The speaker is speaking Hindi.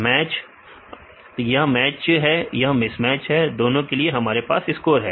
विद्यार्थी मैच अधिकतम विद्यार्थी मैच यह मैच है या मिसमैच दोनों के लिए हमारे पास स्कोर है